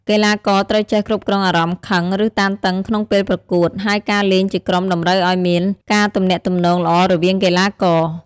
កីឡាករត្រូវចេះគ្រប់គ្រងអារម្មណ៍ខឹង ឬតានតឹងក្នុងពេលប្រកួត ហើយការលេងជាក្រុមតម្រូវឲ្យមានការទំនាក់ទំនងល្អរវាងកីឡាករ។